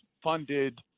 funded